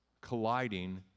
colliding